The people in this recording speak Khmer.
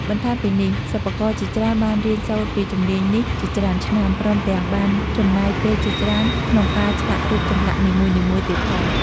បន្ថែមពីនេះ សិប្បករជាច្រើនបានរៀនសូត្រពីជំនាញនេះជាច្រើនឆ្នាំ ព្រមទាំងបានចំណាយពេលជាច្រើនក្នុងការឆ្លាក់រូបចម្លាក់នីមួយៗទៀតផង។